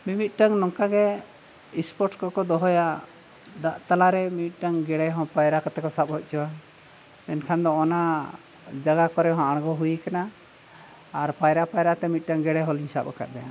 ᱢᱤ ᱢᱤᱫᱴᱟᱝ ᱱᱚᱝᱠᱟ ᱜᱮ ᱥᱯᱳᱨᱴ ᱠᱚᱠᱚ ᱫᱚᱦᱚᱭᱟ ᱫᱟᱜ ᱛᱟᱞᱟᱨᱮ ᱢᱤᱫᱴᱟᱝ ᱜᱮᱰᱮ ᱦᱚᱸ ᱯᱟᱭᱨᱟ ᱠᱟᱛᱮ ᱠᱚ ᱥᱟᱵ ᱦᱚᱪᱚᱣᱟ ᱢᱮᱱᱠᱷᱟᱱ ᱫᱚ ᱚᱱᱟ ᱡᱟᱭᱜᱟ ᱠᱚᱨᱮ ᱦᱚᱸ ᱟᱬᱜᱚ ᱦᱩᱭ ᱟᱠᱟᱱᱟ ᱟᱨ ᱯᱟᱭᱨᱟ ᱯᱟᱭᱨᱟ ᱛᱮ ᱢᱤᱫᱴᱟᱝ ᱜᱮᱰᱮ ᱦᱚᱞᱤᱧ ᱥᱟᱵ ᱟᱠᱟᱫᱮᱭᱟ